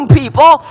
people